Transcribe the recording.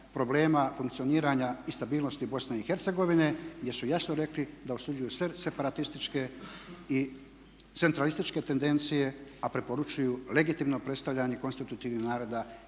problema funkcioniranja i stabilnosti Bosne i Hercegovine gdje su jasno rekli da osuđuju sve separatističke i centralističke tendencije a preporučuju legitimno predstavljanje …/Govornik se ne